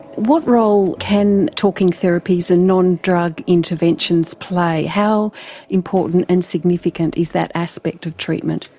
what role can talking therapies and non-drug interventions play? how important and significant is that aspect of treatment?